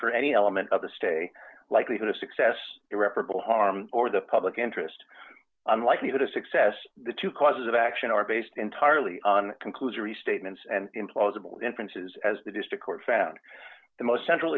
for any element of the stay likelihood of success irreparable harm or the public interest on likelihood of success the two causes of action are based entirely on conclusory statements and implausible inferences as the district court found the most central